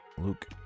luke